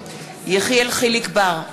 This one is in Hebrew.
יחיאל חיליק בר,